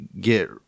get